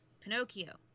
Pinocchio